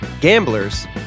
Gamblers